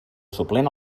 suplent